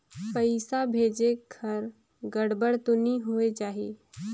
पइसा भेजेक हर गड़बड़ तो नि होए जाही?